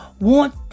want